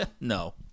No